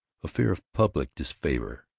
a fear of public disfavor,